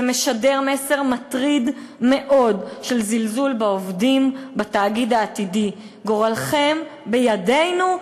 זה משדר מסר מטריד מאוד של זלזול בעובדים בתאגיד העתידי: גורלכם בידינו,